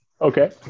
Okay